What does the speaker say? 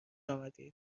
آمدید